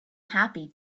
happy